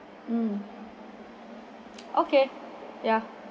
mm okay yeah